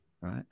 right